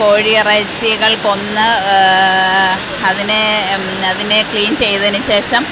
കോഴി ഇറച്ചികൾ കൊന്ന് അതിനെ അതിനെ ക്ലീൻ ചെയ്തതിന് ശേഷം